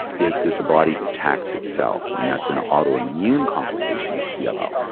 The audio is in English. is that the body attacks itself and that's an autoimmune complication of so yeah so